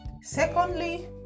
secondly